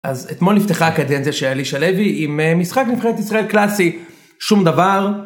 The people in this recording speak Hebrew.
אז אתמול נפתחה הקדנזה של אלישע לוי עם משחק נבחרת ישראל קלאסי, שום דבר